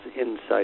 Insight